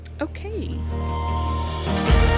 Okay